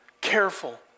careful